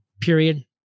period